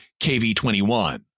KV-21